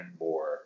more